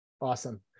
Awesome